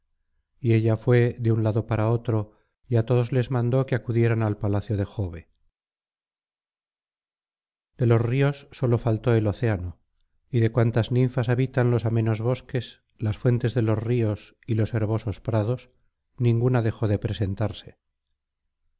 y ella fué de un lado para otro y á todos les mandó que acudieran al palacio de jove de los ríos sólo faltó el océano y de cuantas ninfas habitan los amenos bosques las fuentes de los ríos y los herbosos prados ninguna dejó de presentarse